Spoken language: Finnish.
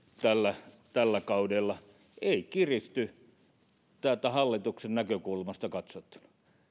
tällä tällä kaudella ei kiristy täältä hallituksen näkökulmasta katsottuna